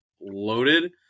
loaded